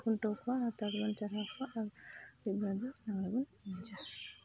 ᱠᱷᱩᱱᱴᱟᱹᱣ ᱠᱚᱣᱟ ᱦᱟᱨᱛᱟ ᱛᱮᱵᱚᱱ ᱪᱟᱨᱦᱟᱣ ᱠᱚᱣᱟ ᱟᱹᱭᱩᱵ ᱵᱮᱲᱟ ᱫᱚ ᱞᱟᱜᱽᱬᱮ ᱵᱚᱱ ᱮᱱᱮᱡᱟ